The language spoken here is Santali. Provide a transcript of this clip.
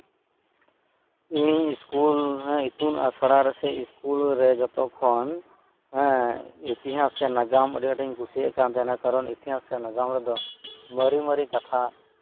ᱤᱧ ᱤᱥᱠᱩᱞ ᱨᱮᱭᱟᱜ ᱤᱛᱩᱱ ᱟᱥᱲᱟ ᱨᱮ ᱥᱮ ᱤᱥᱠᱩᱞ ᱨᱮ ᱡᱚᱛᱚᱠᱷᱚᱱ ᱦᱮᱸ ᱤᱛᱤᱦᱟᱥ ᱥᱮ ᱱᱟᱜᱟᱢ ᱟᱹᱰᱤ ᱟᱸᱴᱤᱧ ᱠᱩᱥᱤᱭᱟᱜ ᱠᱟᱱ ᱛᱟᱦᱮᱸ ᱠᱟᱱᱟ ᱠᱟᱨᱚᱱ ᱤᱛᱤᱦᱟᱥ ᱥᱮ ᱱᱟᱜᱟᱢ ᱨᱮᱫᱚ ᱢᱟᱨᱮ ᱢᱟᱨᱮ ᱠᱟᱛᱷᱟ